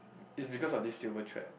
is because of this silver thread